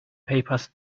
papers